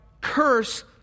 curse